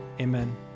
Amen